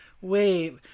Wait